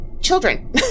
children